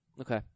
Okay